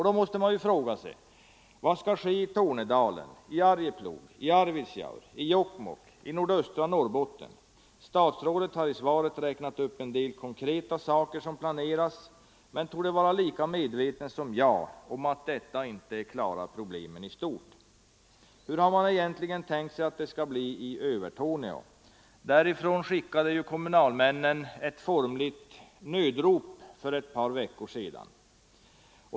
Då måste man ju fråga sig: Vad skall ske i Tornedalen, Arjeplog, Arvidsjaur, Jokkmokk, nordöstra Norrbotten? Statsrådet har i svaret räknat upp en del konkreta saker som planeras men torde vara lika medveten som jag om att detta inte klarar problemen i stort. Hur har man egentligen tänkt att det skall bli i Övertorneå? Därifrån skickade ju kommunalmännen ett formligt nödrop för ett par veckor sedan.